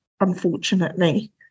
unfortunately